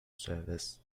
service